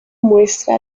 muestra